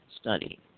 study